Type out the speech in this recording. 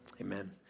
amen